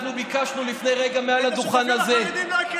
למה לא הקראת אותם?